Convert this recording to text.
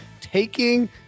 taking